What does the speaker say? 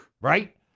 Right